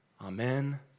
Amen